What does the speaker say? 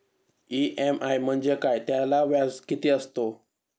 EMI म्हणजे काय? त्याला व्याज किती असतो?